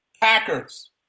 Packers